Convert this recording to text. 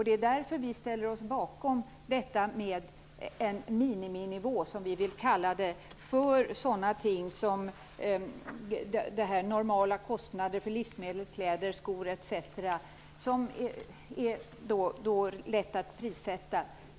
Det är därför vi ställer oss bakom en miniminivå, som vi vill kalla det, för sådana ting som livsmedel, kläder, skor etc., som är lätta att prissätta.